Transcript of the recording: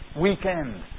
weekend